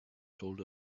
told